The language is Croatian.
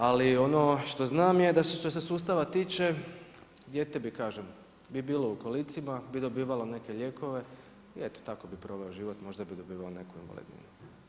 Ali ono što znam je da što se sustava tiče dijete bi kažem bi bilo u kolicima, bi dobivalo neke lijekove i eto tako bi provelo život, možda bi dobivao neku invalidninu.